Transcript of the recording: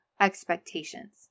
expectations